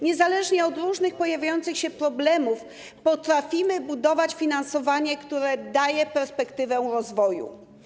Niezależnie od różnych pojawiających się problemów potrafimy budować finansowanie, które daje perspektywę rozwoju.